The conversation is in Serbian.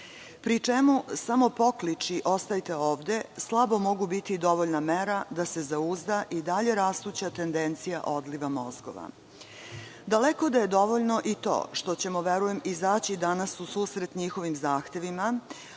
pri čemu samo poklici: „ostajte ovde“ slabo mogu biti dovoljna mera da se zauzda i dalje rastuća tendencija odliva mozgova. Daleko da je dovoljno i to što ćemo, verujem, izaći danas u susret njihovim zahtevima,